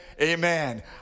Amen